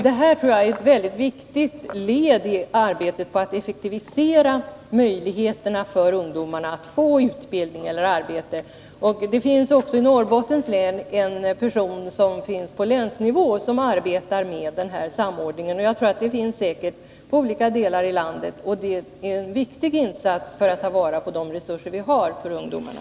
Det här tror jag är ett väldigt viktigt led i arbetet på att effektivisera verksamheten och förbättra möjligheterna för ungdomarna att få utbildning eller arbete. I Norrbottens län finns också en person som på länsnivå arbetar med den här samordningen, och jag tror att det är på liknande sätt i olika delar av landet. Det är en viktig insats som görs för att ta vara på de resurser vi har för ungdomarna.